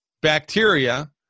bacteria